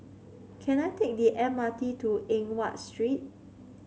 can I take the M R T to Eng Watt Street